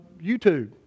YouTube